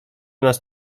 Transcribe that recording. nas